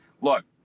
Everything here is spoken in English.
Look